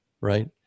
right